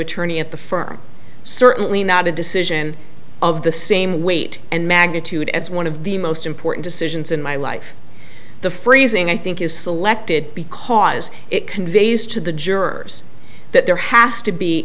attorney at the firm certainly not a decision of the same weight and magnitude as one of the most important decisions in my life the phrasing i think is selected because it conveys to the jurors that there has to be